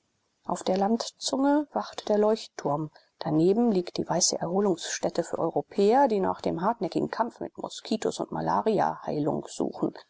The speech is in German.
auf der landzunge wacht der leuchtturm daneben liegt die weiße erholungsstätte für europäer die nach dem hartnäckigen kampf mit moskitos und malaria heilung suchen